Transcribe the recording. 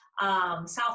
South